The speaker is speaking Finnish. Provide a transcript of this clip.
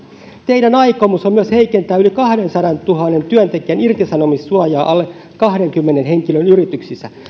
teidän aikomuksenne on myös heikentää yli kahdensadantuhannen työntekijän irtisanomissuojaa alle kahdenkymmenen henkilön yrityksissä